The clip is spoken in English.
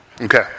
Okay